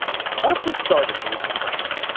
what if we started from that premise?